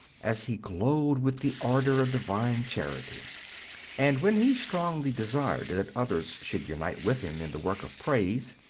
as he glowed with the ardour of divine charity and when he strongly desired that others should unite with him in the work of praise,